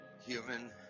human